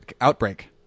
Outbreak